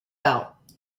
bout